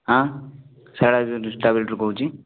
ହାଁ ଶାରଳା ଏଜେନ୍ସି ଟ୍ରାଭେଲରୁ କହୁଛି